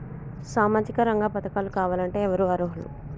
సామాజిక రంగ పథకాలు కావాలంటే ఎవరు అర్హులు?